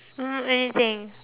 mm anything